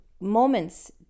moments